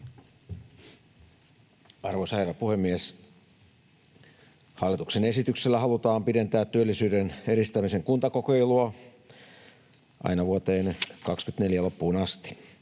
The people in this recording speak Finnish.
Arvoisa herra puhemies! Hallituksen esityksellä halutaan pidentää työllisyyden edistämisen kuntakokeilua aina vuoden 24 loppuun asti.